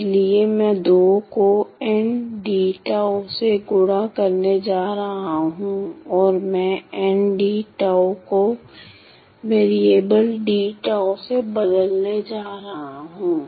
इसलिए मैं को से गुणा करने जा रहा हूं और मैं को वेरिएबल से बदलने जा रहा हूं